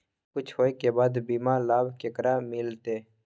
कुछ होय के बाद बीमा लाभ केकरा मिलते?